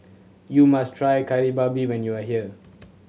you must try Kari Babi when you are here